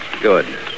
Good